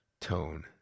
tone